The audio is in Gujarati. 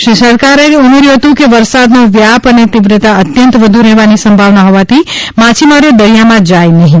શ્રી સરકારે ઉમેર્યું હતું કે વરસાદનો વ્યાપ અને તીવ્રતા અત્યંત વધુ રહેવાની સંભાવના હોવાથી માછીમારો દરિયામાં જાય નહીં